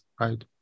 right